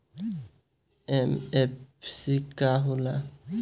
MFC का हो़ला?